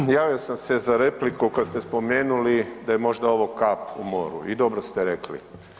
Kolega, javio sam se za repliku kad ste spomenuli da je možda ovo kap u moru i dobro ste rekli.